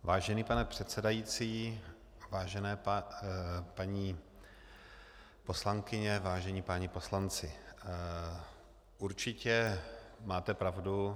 Vážený pane předsedající, vážené paní poslankyně, vážení páni poslanci, určitě máte pravdu.